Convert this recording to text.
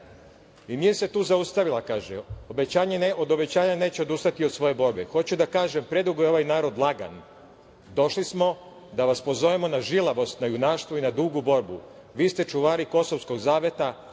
Nije se tu zaustavila. Kaže - od obećanja neće odustati i od svoje borbe. „Hoću da kažem, predugo je ovaj narod lagan. Došli smo da vas pozovemo na žilavost, na junaštvo i na dugu borbu. Vi ste čuvari kosovskog zaveta.